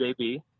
JB